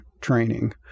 training